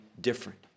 different